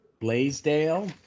Blaisdell